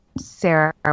Sarah